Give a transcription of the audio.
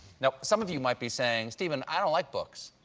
now, some of you might be saying, stephen, i don't like books.